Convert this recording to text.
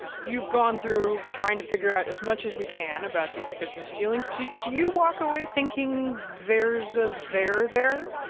you've gone through trying to figure out as much as we can about these business dealings. do you walk away thinking there's a there there?